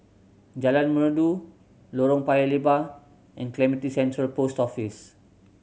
Jalan Merdu Lorong Paya Lebar and Clementi Central Post Office